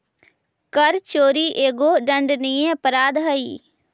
कर चोरी एगो दंडनीय अपराध हई